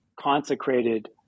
consecrated